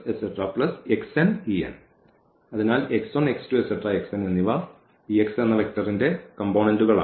അതിനാൽ എന്നിവ ഈ x വെക്റ്ററിന്റെ ഘടകങ്ങൾ ആണ്